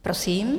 Prosím.